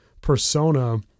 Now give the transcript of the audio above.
persona